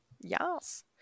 Yes